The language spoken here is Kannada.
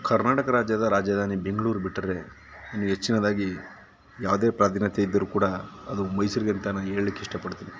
ಕರ್ನಾಟಕ ರಾಜ್ಯದ ರಾಜಧಾನಿ ಬೆಂಗ್ಳೂರು ಬಿಟ್ಟರೆ ಇನ್ನೂ ಹೆಚ್ಚಿನದಾಗಿ ಯಾವುದೇ ಪ್ರಾಧೀನತೆ ಇದ್ದರೂ ಕೂಡ ಅದು ಮೈಸೂರಿಗೆ ಅಂತ ನಾನು ಹೇಳ್ಲಿಕ್ಕೆ ಇಷ್ಟಪಡ್ತೀನಿ